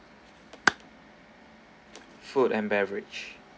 food and beverage